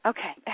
Okay